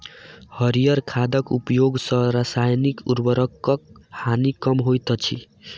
हरीयर खादक उपयोग सॅ रासायनिक उर्वरकक हानि कम होइत अछि